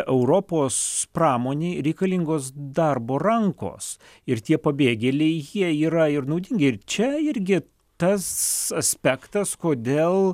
europos pramonei reikalingos darbo rankos ir tie pabėgėliai jie yra ir naudingi ir čia irgi tas aspektas kodėl